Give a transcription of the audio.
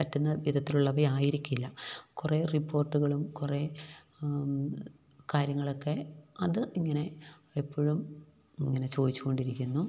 പറ്റുന്ന വിധത്തിലുള്ളവയായിരിക്കില്ല കുറെ റിപ്പോർട്ടുകളും കുറെ കാര്യങ്ങളുമൊക്കെ അതിങ്ങനെ എപ്പോഴും ഇങ്ങനെ ചോദിച്ചുകൊണ്ടിരിക്കുന്നു